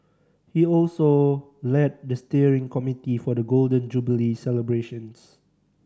he also led the steering committee for the Golden Jubilee celebrations